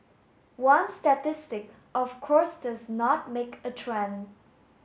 one statistic of course does not make a trend